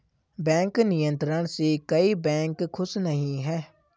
bank नियंत्रण से कई बैंक खुश नही हैं